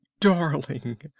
darling